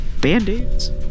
band-aids